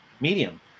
medium